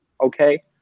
okay